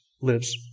lives